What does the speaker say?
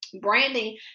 branding